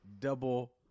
double